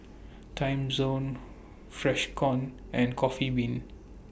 Timezone Freshkon and Coffee Bean